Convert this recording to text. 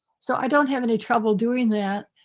so i don't have any trouble doing that.